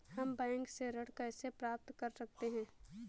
हम बैंक से ऋण कैसे प्राप्त कर सकते हैं?